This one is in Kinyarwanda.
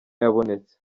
yabonetse